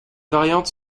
variantes